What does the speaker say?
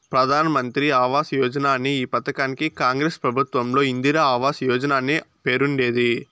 ప్రధాన్ మంత్రి ఆవాస్ యోజన అనే ఈ పథకానికి కాంగ్రెస్ ప్రభుత్వంలో ఇందిరా ఆవాస్ యోజన అనే పేరుండేది